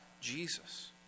Jesus